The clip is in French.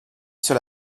sur